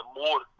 more